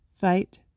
fight